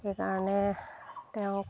সেইকাৰণে তেওঁক